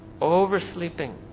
Oversleeping